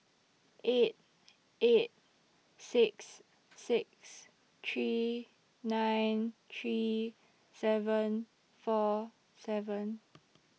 eight eight six six three nine three seven four seven